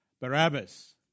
Barabbas